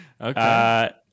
Okay